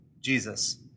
Jesus